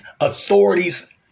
authorities